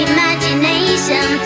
Imagination